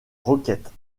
roquettes